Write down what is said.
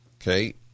Okay